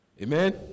Amen